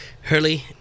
Hurley